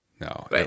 no